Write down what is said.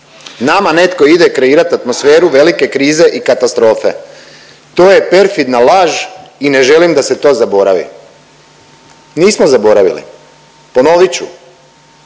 Nama netko ide kreirat atmosferu velike krize i katastrofe. To je perfidna laž i ne želim da se to zaboravi. Nismo zaboravili. Ponovit